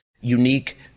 unique